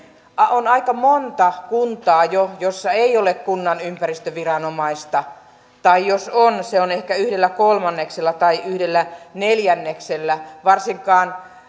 on aika monta kuntaa jo joissa ei ole kunnan ympäristöviranomaista tai jos on se on ehkä yhdellä kolmanneksella tai yhdellä neljänneksellä varsinkaan